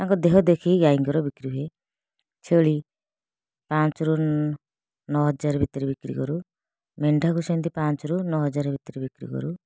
ତାଙ୍କ ଦେହ ଦେଖିକି ଗାଈଙ୍କର ବିକ୍ରି ହୁଏ ଛେଳି ପାଞ୍ଚରୁ ନଅ ହଜାର ଭିତରେ ବିକ୍ରି କରୁ ମେଣ୍ଢାକୁ ସେମିତି ପାଞ୍ଚରୁ ନଅ ହଜାର ଭିତରେ ବିକ୍ରି କରୁ